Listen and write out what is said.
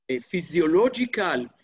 physiological